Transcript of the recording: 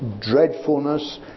dreadfulness